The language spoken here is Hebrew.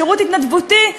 לשירות התנדבותי,